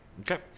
okay